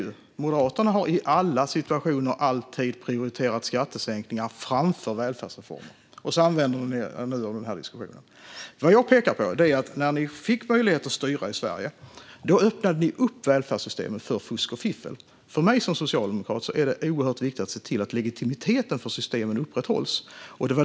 Ni i Moderaterna har i alla situationer alltid prioriterat skattesänkningar framför välfärdsreformer, och så använder ni er nu av den här diskussionen. Det jag pekar på är att ni, när ni fick möjlighet att styra Sverige, öppnade upp välfärdssystemet för fusk och fiffel. För mig som socialdemokrat är det oerhört viktigt att se till att legitimiteten för systemen upprätthålls.